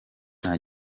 nta